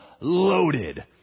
loaded